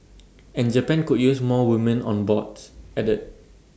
and Japan could use more women on boards added